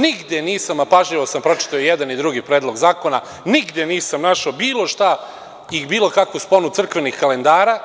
Nigde nisam, a pažljivo sam pročitao i jedan i drugi predlog zakona, nigde nisam našao bilo šta i bilo kakvu sponu crkvenih kalendara